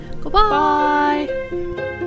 goodbye